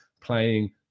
playing